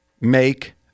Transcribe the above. make